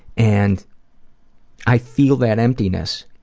and i feel that emptiness.